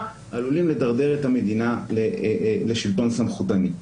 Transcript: עלולים לדרדר את המדינה לשלטון סמכותני.